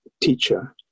teacher